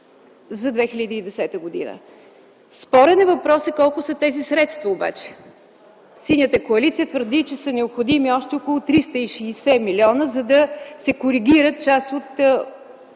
за 2010 г. Спорен е въпроса колко са тези средства. Синята коалиция твърди, че са необходими още около 360 млн., за да се коригират част от